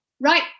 right